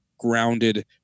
grounded